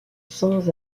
sans